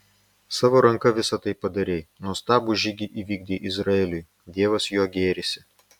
savo ranka visa tai padarei nuostabų žygį įvykdei izraeliui dievas juo gėrisi